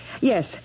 Yes